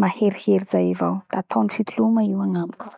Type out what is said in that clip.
mahita hoe tao ny fitahia agnamiko ny tao fito ambifolo sy roy arivo da gnatsaiko ao voalohany ny nazahoako Bacc nazahoako baccalaureat.